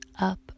up